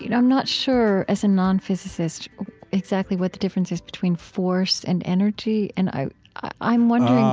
you know i'm not sure as a nonphysicist exactly what the difference is between force and energy. and i'm i'm wondering,